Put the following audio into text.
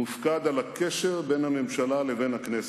ומופקד על הקשר בין הממשלה לבין הכנסת,